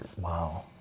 Wow